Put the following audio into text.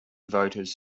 voters